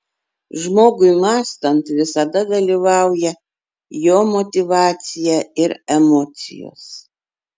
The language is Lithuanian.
žmogui mąstant visada dalyvauja jo motyvacija ir emocijos